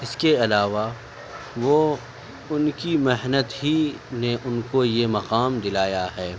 اس کے علاوہ وہ ان کی محنت ہی نے ان کو یہ مقام دلایا ہے